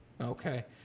Okay